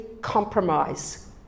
compromise